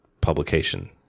publication